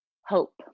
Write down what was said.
hope